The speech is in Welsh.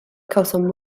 cawsom